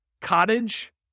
Cottage